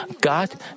God